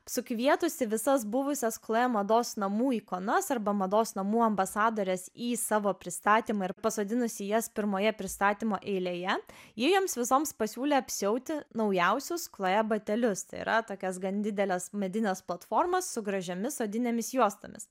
sukvietusi visas buvusias cloja mados namų ikonas arba mados namų ambasadores į savo pristatymą ir pasodinusi jas pirmoje pristatymo eilėje ji joms visoms pasiūlė apsiauti naujausius chloe batelius tai yra tokias gan dideles medines platformas su gražiomis odinėmis juostomis